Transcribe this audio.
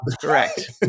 Correct